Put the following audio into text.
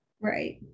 Right